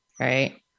right